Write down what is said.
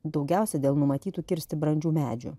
daugiausiai dėl numatytų kirsti brandžių medžių